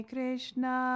Krishna